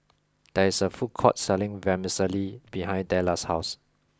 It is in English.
there is a food court selling Vermicelli behind Della's house